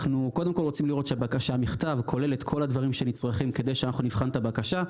אנחנו רואים שהבקשה כוללת את כל הדברים שנצרכים כדי שנבחן את הבקשה.